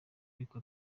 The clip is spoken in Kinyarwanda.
ariko